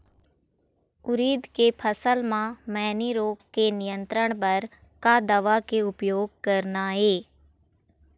उरीद के फसल म मैनी रोग के नियंत्रण बर का दवा के उपयोग करना ये?